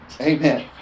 Amen